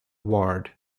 ward